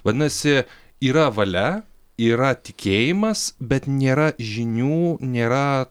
vadinasi yra valia yra tikėjimas bet nėra žinių nėra